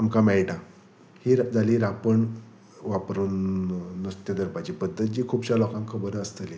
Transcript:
आमकां मेळटा ही जाली रापण वापरून नुस्तें धरपाची पद्दत जी खुबश्या लोकांक खबर आसतली